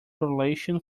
correlation